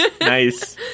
Nice